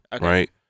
Right